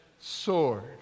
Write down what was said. sword